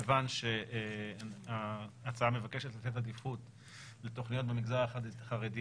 כיוון שההצעה מבקשת לתת עדיפות לתוכניות במגזר החרדי,